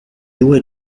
due